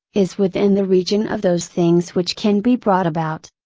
is within the region of those things which can be brought about.